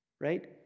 right